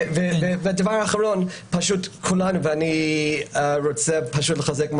הדבר האחרון, אני רוצה לחזק את